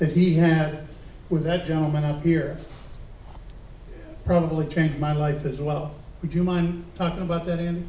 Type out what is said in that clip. that he had with that gentleman up here probably changed my life as well would you mind talking about that in